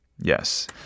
Yes